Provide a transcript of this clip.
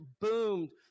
boomed